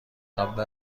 قبل